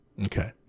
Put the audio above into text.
Okay